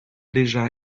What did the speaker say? déjà